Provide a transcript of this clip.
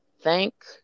thank